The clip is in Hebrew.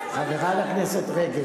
חברת הכנסת רגב,